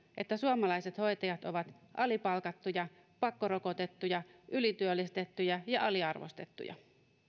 että suomalaiset hoitajat ovat alipalkattuja pakkorokotettuja ylityöllistettyjä ja aliarvostettuja